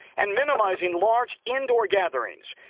and minimizing large, indoor gatherings.